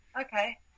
Okay